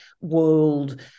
world